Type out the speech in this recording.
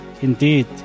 Indeed